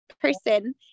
person